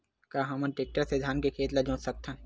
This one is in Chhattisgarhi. का हमन टेक्टर से धान के खेत ल जोत सकथन?